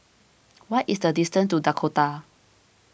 what is the distance to Dakota